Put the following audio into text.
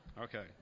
Okay